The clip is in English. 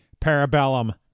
Parabellum